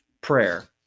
prayer